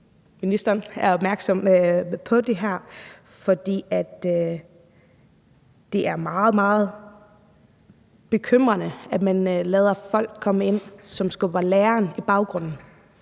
ministeren er opmærksom på det her. For det er meget, meget bekymrende, at man lader folk, som skubber læreren i baggrunden